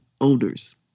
owners